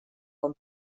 com